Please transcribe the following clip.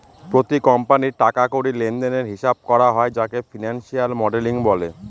প্রতি কোম্পানির টাকা কড়ি লেনদেনের হিসাব করা হয় যাকে ফিনান্সিয়াল মডেলিং বলে